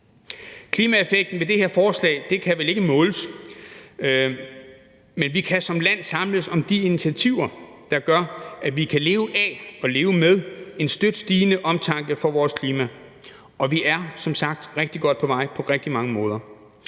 Klimaeffekten af det her forslag kan vel ikke måles, men vi kan som land samles om de initiativer, der gør, at vi kan leve af og leve med en støt stigende omtanke for vores klima, og vi er som sagt rigtig godt på vej på rigtig mange måder.